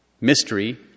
mystery